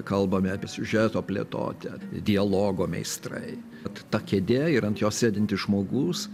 kalbame apie siužeto plėtotę dialogo meistrai vat ta kėdė ir ant jos sėdintis žmogus